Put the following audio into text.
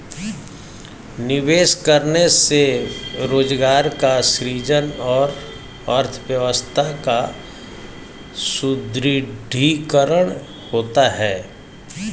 निवेश करने से रोजगार का सृजन और अर्थव्यवस्था का सुदृढ़ीकरण होता है